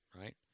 Right